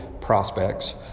prospects